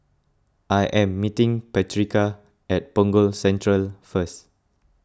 I am meeting Patrica at Punggol Central first